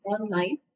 online